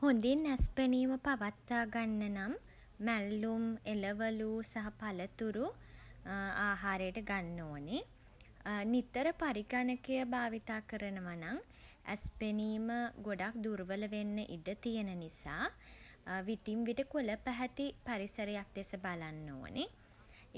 හොඳින් ඇස් පෙනීම පවත්වා ගන්න නම් මැල්ලුම් එළවළු සහ පළතුරු අහාරයට ගන්න ඕනේ. නිතර පරිඝනකය භාවිතා කරනවා නම් ඇස් පෙනීම ගොඩක් දුර්වල වෙන්න ඉඩ තියෙන නිසා විටින් විට කොළ පැහැති පරිසරයක් දෙස බලන්න ඕනේ.